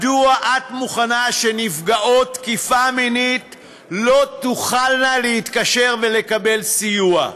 מדוע את מוכנה שנפגעות תקיפה מינית לא תוכלנה להתקשר ולקבל סיוע?